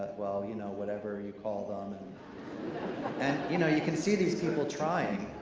well, you know, whatever you call them. and and you know you can see these people trying.